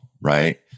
right